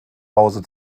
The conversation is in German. hause